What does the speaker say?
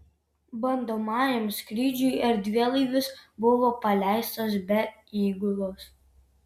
bandomajam skrydžiui erdvėlaivis buvo paleistas be įgulos